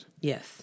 Yes